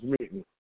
meeting